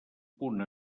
punt